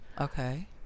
Okay